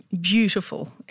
beautiful